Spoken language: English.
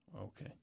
Okay